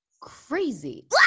Crazy